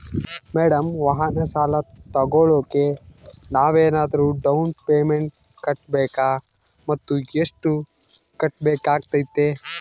Madam ವಾಹನ ಸಾಲ ತೋಗೊಳೋಕೆ ನಾವೇನಾದರೂ ಡೌನ್ ಪೇಮೆಂಟ್ ಮಾಡಬೇಕಾ ಮತ್ತು ಎಷ್ಟು ಕಟ್ಬೇಕಾಗ್ತೈತೆ?